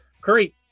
Curry